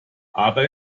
aber